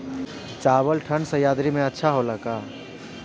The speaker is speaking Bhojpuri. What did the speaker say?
चावल ठंढ सह्याद्री में अच्छा होला का?